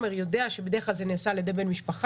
יודע שבדרך כלל זה נעשה על ידי בן משפחה.